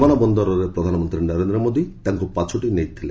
ବିମାନ ବନ୍ଦରରେ ପ୍ରଧାନମନ୍ତ୍ରୀ ନରେନ୍ଦ୍ର ମୋଦି ତାଙ୍କୁ ପାଛୋଟି ନେଇଥିଲେ